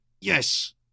yes